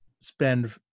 spend